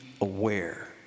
aware